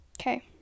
Okay